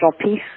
peace